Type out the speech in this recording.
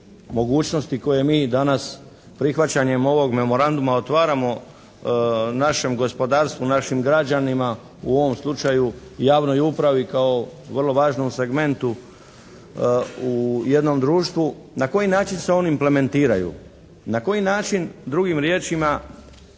mogućnosti koje mi i danas prihvaćanjem ovog memoranduma otvaramo našem gospodarstvu, našim građanima, u ovom slučaju javnoj upravi kao vrlo važnom segmentu u jednom društvu na koji način se oni implementiraju. Na koji način drugim riječima